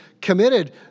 committed